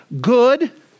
good